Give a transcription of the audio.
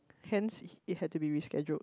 hence it had to be rescheduled